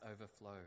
overflow